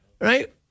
right